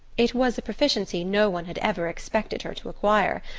it was a proficiency no one had ever expected her to acquire,